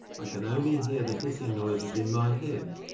i can only hear the hissing noises in my head'.